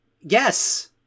yes